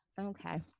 Okay